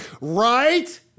Right